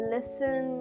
Listen